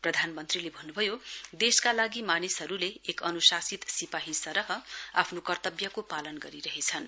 प्रधानमन्त्रीले भन्नुभयो देशका लागि मानिसहरुले एक अनुशासित सिपाही सरह आफ्नो कर्तब्यको पालन गरिरहेछन्